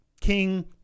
King